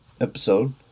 episode